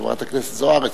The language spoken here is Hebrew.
חברת הכנסת זוארץ.